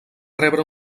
rebre